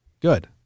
good